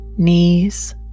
knees